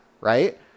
right